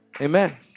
Amen